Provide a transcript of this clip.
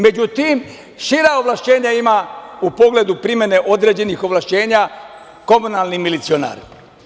Međutim, šira ovlašćenja ima u pogledu primene određenih ovlašćenja komunalni milicionar.